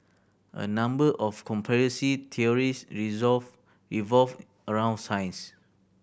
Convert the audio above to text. a number of conspiracy theories resolve revolve around science